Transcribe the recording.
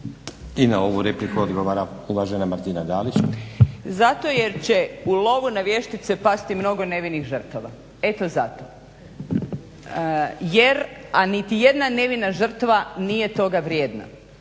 I na ovu repliku odgovara uvažena Martina Dalić. **Dalić, Martina (HDZ)** Zato jer će u lovu na vještice pasti mnogo nevinih žrtava, eto zato. A niti jedna nevina žrtva nije toga vrijedna.